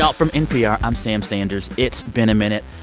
um from npr, i'm sam sanders. it's been a minute.